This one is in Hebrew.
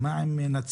מה עם נצרת?